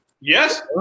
Yes